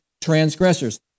transgressors